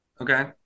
Okay